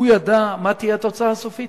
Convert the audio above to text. הוא ידע מה תהיה התוצאה הסופית?